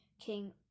King